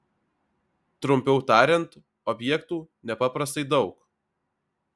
trumpiau tariant objektų nepaprastai daug